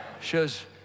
Shows